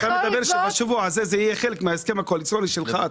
אפשר לקבל את זה שבשבוע הזה זה יהיה חלק מההסכם הקואליציוני שלך?